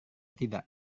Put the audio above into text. tidak